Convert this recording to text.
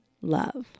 love